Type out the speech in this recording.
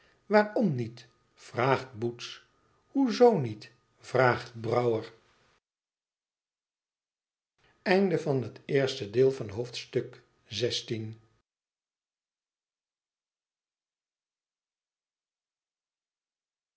waarom niet vraagt boots hoe zoo niet vraagt brouwer